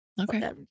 Okay